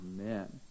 Amen